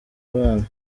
abana